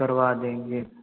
करवा देंगे